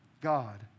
God